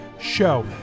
show